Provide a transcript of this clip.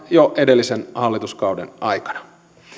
jo edellisen hallituskauden aikana